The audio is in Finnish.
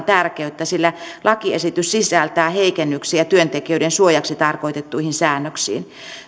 tärkeyttä sillä lakiesitys sisältää heikennyksiä työntekijöiden suojaksi tarkoitettuihin säännöksiin